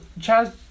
Chaz